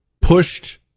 pushed